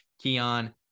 Keon